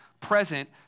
present